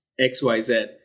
xyz